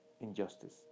injustice